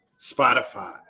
Spotify